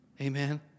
Amen